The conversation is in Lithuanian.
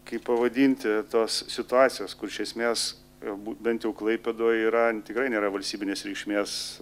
kaip pavadinti tos situacijos kur iš esmės galbūt bent jau klaipėdoj yra tikrai nėra valstybinės reikšmės